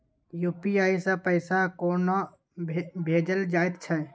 UPI सँ पैसा कोना भेजल जाइत छै?